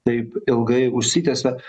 taip ilgai užsitęsia